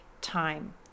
time